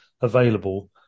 available